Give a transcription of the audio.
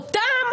אותם